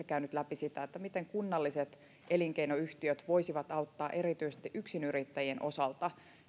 käynyt läpi sitä miten kunnalliset elinkeinoyhtiöt voisivat auttaa erityisesti yksinyrittäjien osalta